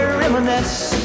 reminisce